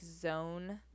zone